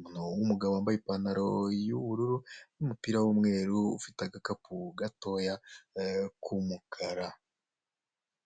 Umuntu w'umugabo wambaye ipantaro y'ubururu n'umupira w'umweru, ufite agakapu gatoya k'umukara.